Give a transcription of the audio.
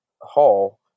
hall